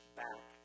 back